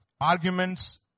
arguments